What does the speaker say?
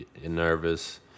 nervous